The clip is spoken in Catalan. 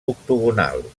octogonal